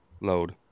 Load